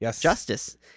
justice